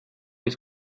ist